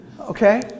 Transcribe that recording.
Okay